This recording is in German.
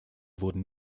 wurden